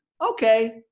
Okay